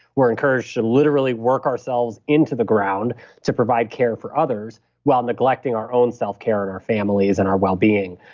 we're encouraged to literally work ourselves into the ground to provide care for others while neglecting our own self-care and our families and our wellbeing.